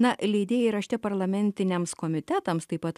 na leidėjai rašte parlamentiniams komitetams taip pat